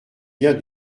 bien